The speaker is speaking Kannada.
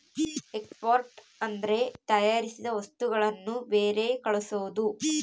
ಎಕ್ಸ್ಪೋರ್ಟ್ ಅಂದ್ರೆ ತಯಾರಿಸಿದ ವಸ್ತುಗಳನ್ನು ಬೇರೆ ಕಳ್ಸೋದು